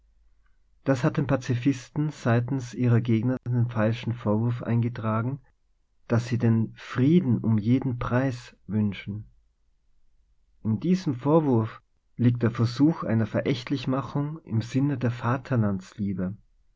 das hat den pazifisten seitens ihrer gegner den falschen vorwurf eingetragen daß sie den frieden um jeden preis wünschen in diesem vorwurf liegt der versuch einer verächtlich machung im sinne der